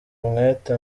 umwete